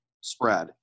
spread